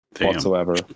whatsoever